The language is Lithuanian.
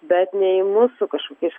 bet ne į mus su kažkokiais